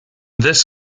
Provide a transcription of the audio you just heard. this